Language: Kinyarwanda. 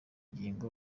ngingo